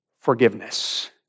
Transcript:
Forgiveness